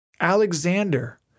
Alexander